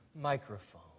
microphone